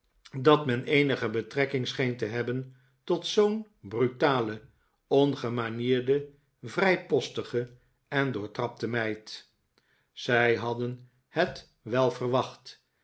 dat men eenige betrekking scheen te hebben tot zoo'n brutale on gemani elide vrijpostige en doortrapte meid zij hadden het wel verwacht